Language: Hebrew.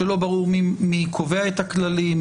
כשלא ברור מי קובע את הכללים,